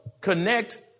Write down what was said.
connect